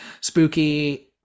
spooky